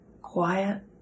quiet